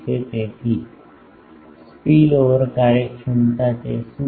તેથી સ્પીલઓવર કાર્યક્ષમતા તે શું છે